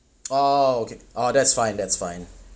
oh okay oh that's fine that's fine